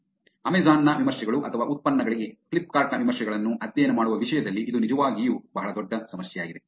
Amazon ನ ವಿಮರ್ಶೆಗಳು ಅಥವಾ ಉತ್ಪನ್ನಗಳಿಗೆ ಫ್ಲಿಪ್ಕಾರ್ಟ್ ನ ವಿಮರ್ಶೆಗಳನ್ನು ಅಧ್ಯಯನ ಮಾಡುವ ವಿಷಯದಲ್ಲಿ ಇದು ನಿಜವಾಗಿಯೂ ಬಹಳ ದೊಡ್ಡ ಸಮಸ್ಯೆಯಾಗಿದೆ